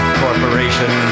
corporation